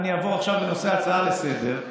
ואני אעבור עכשיו לנושא ההצעה לסדר-היום,